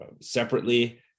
separately